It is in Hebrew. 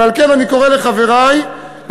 ועל כן אני קורא לחברי להסיר,